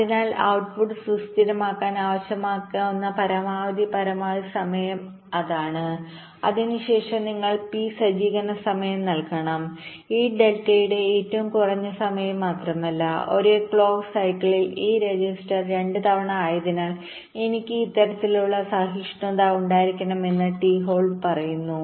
അതിനാൽ ഔട്ട്പുട്ട് സുസ്ഥിരമാകാൻ ആവശ്യമായേക്കാവുന്ന പരമാവധി പരമാവധി സമയം എന്താണ് അതിനുശേഷം നിങ്ങൾ പി സജ്ജീകരണ സമയം നൽകണം ഈ ഡെൽറ്റയുടെ ഏറ്റവും കുറഞ്ഞ സമയം മാത്രമല്ല ഒരേ ക്ലോക്ക് സൈക്കിളിൽ ഈ രജിസ്റ്റർ 2 തവണ ആയതിനാൽ എനിക്ക് ഇത്തരത്തിലുള്ള സഹിഷ്ണുത ഉണ്ടായിരിക്കണമെന്ന് ടി ഹോൾഡ് പറയുന്നു